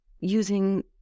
using